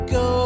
go